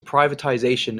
privatisation